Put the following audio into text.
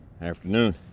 Afternoon